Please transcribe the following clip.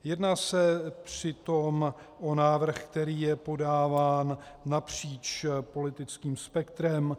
Jedná se přitom o návrh, který je podáván napříč politickým spektrem.